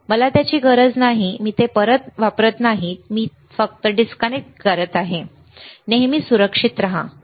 मला त्याची गरज नाही मी ते वापरत नाही मी फक्त डिस्कनेक्ट केले आहे नेहमी सुरक्षित रहा बरोबर